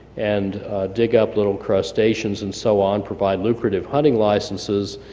and dig up little crustaceans and so on, provide lucrative hunting licenses,